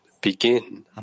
begin